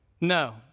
No